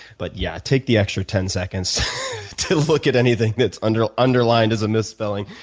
but yeah, take the extra ten seconds to look at anything that's and underlined as a misspelling.